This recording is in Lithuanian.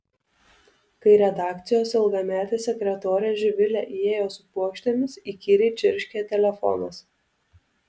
kai redakcijos ilgametė sekretorė živilė įėjo su puokštėmis įkyriai čirškė telefonas